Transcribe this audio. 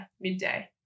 midday